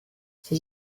ses